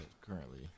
currently